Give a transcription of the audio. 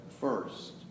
first